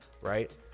right